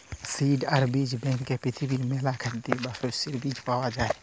seed বা বীজ ব্যাংকে পৃথিবীর মেলা খাদ্যের বা শস্যের বীজ পায়া যাই